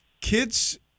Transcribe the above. kids